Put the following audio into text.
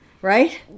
right